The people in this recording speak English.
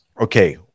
okay